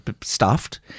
Stuffed